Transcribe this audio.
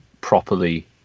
properly